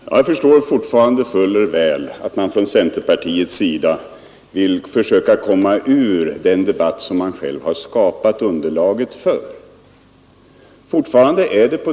Herr talman! Jag förstår fuller väl att man från centerpartiets sida vill försöka komma ur den debatt som man själv skapat underlaget för.